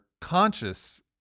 conscious